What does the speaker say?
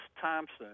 Thompson